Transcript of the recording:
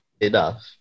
enough